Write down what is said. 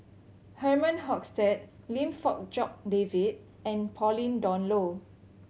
Herman Hochstadt Lim Fong Jock David and Pauline Dawn Loh